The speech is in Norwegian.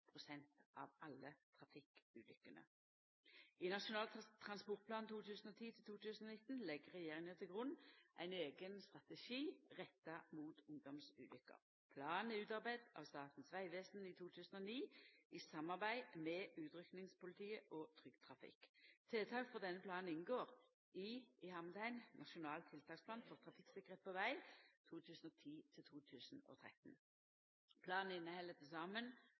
av alle trafikkulukkene. I Nasjonal transportplan 2010–2019 legg regjeringa til grunn ein eigen strategi retta mot ungdomsulukker. Planen er utarbeidd av Statens vegvesen i 2009 i samarbeid med Utrykkingspolitiet og Trygg Trafikk. Tiltak frå denne planen inngår i Nasjonal tiltaksplan for trafikksikkerhet på veg 2010–2013. Planen inneheld til